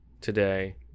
today